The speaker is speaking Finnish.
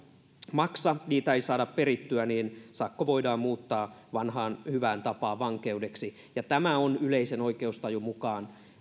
maksa niitä ei saada perittyä niin sakko voidaan muuttaa vanhaan hyvään tapaan vankeudeksi tämä on yleisen oikeustajun